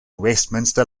westminster